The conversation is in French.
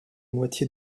moitié